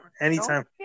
Anytime